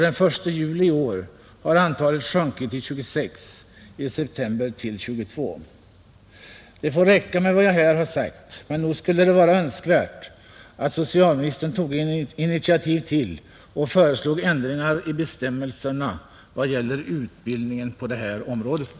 Den 1 juli i år har antalet sjunkit till 26 och i september till 22. Det får räcka med vad jag här har sagt. Men nog skulle det vara önskvärt att socialministern tog initiativet till ett förslag om ändringar i bestämmelserna vad gäller utbildningen på det här området.